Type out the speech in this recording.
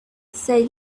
said